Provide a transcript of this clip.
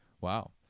wow